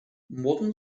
modern